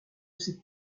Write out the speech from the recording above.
ces